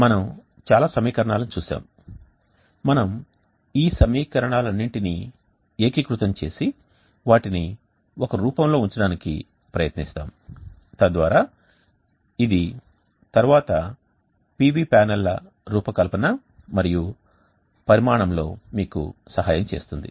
మనం చాలా సమీకరణాలను చూశాము మనము ఈ సమీకరణాలన్నింటినీ ఏకీకృతం చేసి వాటిని ఒక రూపంలో ఉంచడానికి ప్రయత్నిస్తాము తద్వారా ఇది తరువాత PV ప్యానెల్ల రూపకల్పన మరియు పరిమాణంలో మీకు సహాయం చేస్తుంది